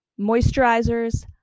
moisturizers